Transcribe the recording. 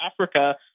Africa